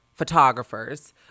photographers